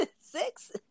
six